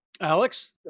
Alex